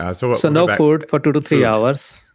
ah so ah so no food for two to three hours.